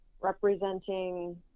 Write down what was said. representing